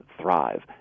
thrive